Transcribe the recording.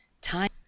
time